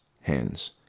Hands